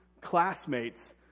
classmates